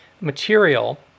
material